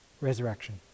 resurrection